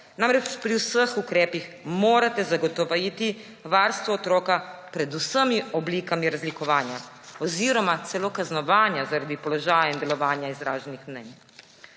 Namreč, pri vseh ukrepih morate zagotoviti varstvo otroka pred vsemi oblikami razlikovanja oziroma celo kaznovanja zaradi položaja in delovanja izraženih mnenj.